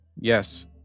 Yes